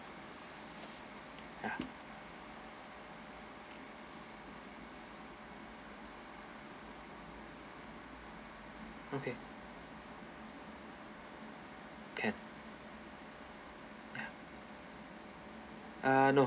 ya okay can ya ah no